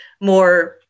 more